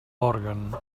òrgan